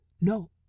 No